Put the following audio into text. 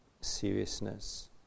seriousness